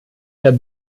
der